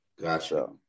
Gotcha